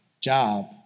job